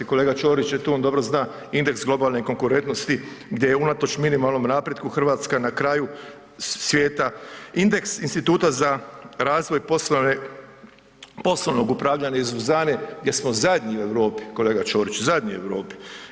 Kolega Ćorić je tu, on dobro zna indeks globalne konkurentnosti gdje je unatoč minimalnom napretku RH na kraju svijeta, indeks Instituta za razvoj poslovnog upravljanja iz Lausanne gdje smo zadnji u Europi kolega Ćoriću, zadnji u Europi.